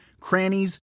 crannies